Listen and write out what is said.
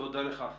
תודה לך.